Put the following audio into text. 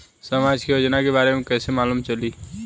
समाज के योजना के बारे में कैसे मालूम चली?